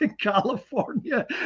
california